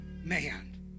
man